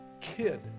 kid